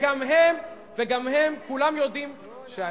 שאתם הבאתם אותו,